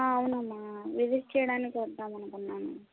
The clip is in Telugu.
అవునమ్మా విజిట్ చేయడానికి వద్దాం అనుకున్నాను